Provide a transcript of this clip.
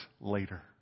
later